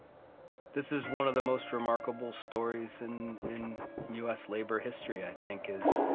this is one of the most remarkable stories in, in u s. labor history, i think, is,